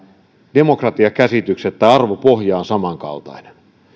demokratiakäsitys tai arvopohja on samankaltainen